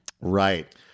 Right